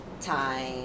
time